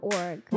org